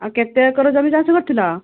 ଆଉ କେତେ ଏକର ଜମି ଚାଷ କରିଥିଲ